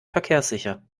verkehrssicher